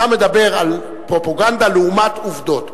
אתה מדבר על פרופגנדה לעומת עובדות.